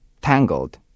tangled